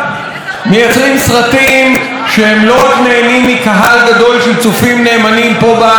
מייצרים סרטים שלא רק נהנים מקהל גדול של צופים נאמנים פה בארץ,